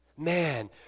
Man